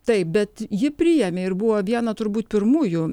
taip bet jį priėmė ir buvo viena turbūt pirmųjų